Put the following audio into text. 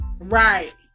Right